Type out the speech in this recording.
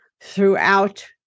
throughout